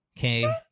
Okay